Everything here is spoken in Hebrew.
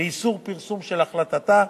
ואיסור פרסום של החלטתה.